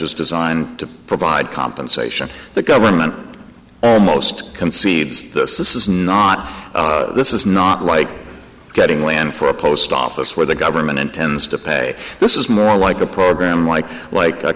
is designed to provide compensation the government almost concedes this is not this is not like getting land for a post office where the government intends to pay this is more like a program like like a